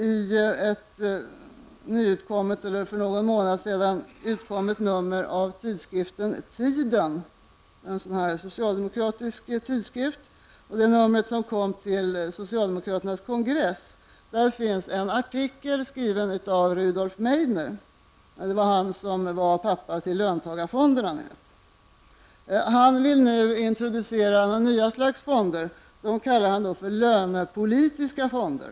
I ett för någon månad sedan utkommet nummer av tidskriften Tiden, en socialdemokratisk tidskrift, det nummer som kom till socialdemokraternas kongress, läste jag en artikel skriven av Rudolf Meidner -- det var han som var pappa till löntagarfonderna. Han vill nu introducera ett nytt slags fonder som han kallar lönepolitiska fonder.